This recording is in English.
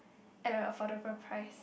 at the affordable price